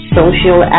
social